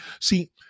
See